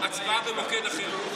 הצבעה במועד אחר.